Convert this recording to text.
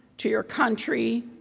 to your country,